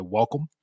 welcome